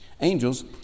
angels